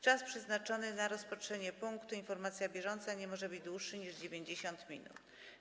Czas przeznaczony na rozpatrzenie punktu: Informacja bieżąca nie może być dłuższy niż 90 minut.